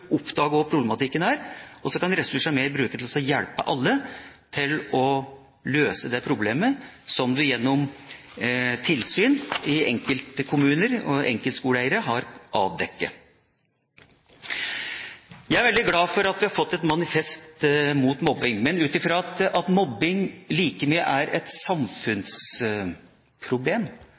problematikken, og så kan ressursene brukes til å hjelpe alle til å løse det problemet som man gjennom tilsyn i enkelte kommuner og enkelte skoleeiere har avdekket. Jeg er veldig glad for at vi har fått et manifest mot mobbing. Men ut fra at mobbing like mye er et samfunnsproblem,